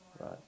right